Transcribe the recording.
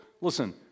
listen